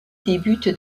débute